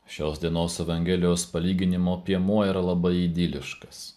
šios dienos evangelijos palyginimo piemuo yra labai idiliškas